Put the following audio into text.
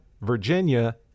Virginia